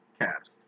cast